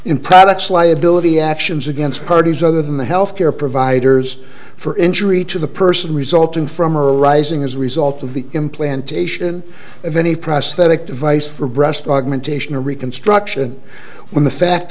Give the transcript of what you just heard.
in paddocks liability actions against parties other than the health care providers for injury to the person resulting from arising as a result of the implantation of any prosthetic device for breast augmentation or reconstruction when the fact